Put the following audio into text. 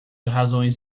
razões